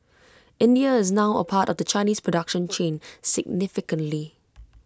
India is now A part of the Chinese production chain significantly